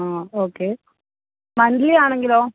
ആ okay monthly ആണെങ്കിലോ